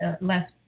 less